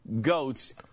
goats